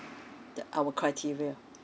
the our criteria